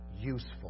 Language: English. useful